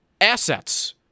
assets